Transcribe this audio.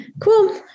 Cool